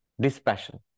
dispassion